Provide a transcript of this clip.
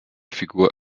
figur